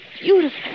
beautiful